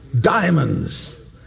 diamonds